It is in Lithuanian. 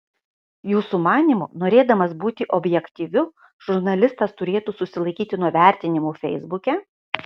jūsų manymu norėdamas būti objektyviu žurnalistas turėtų susilaikyti nuo vertinimų feisbuke